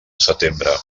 setembre